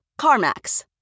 CarMax